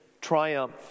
triumph